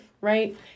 right